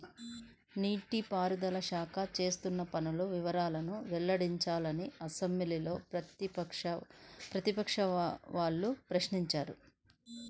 నీటి పారుదల శాఖ చేస్తున్న పనుల వివరాలను వెల్లడించాలని అసెంబ్లీలో ప్రతిపక్షం వాళ్ళు ప్రశ్నించారు